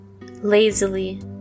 lazily